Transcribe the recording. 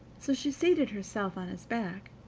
so she seated herself on his back,